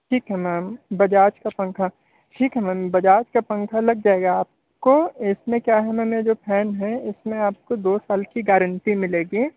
ठीक है मैम बजाज का पंखा ठीक है मैम बजाज का पंखा लग जाएगा आपको इस में क्या है मैम ये जो फैन है इस में आपको दो साल की गारंटी मिलेगी